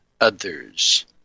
others